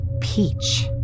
peach